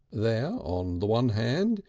there, on the one hand,